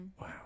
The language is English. wow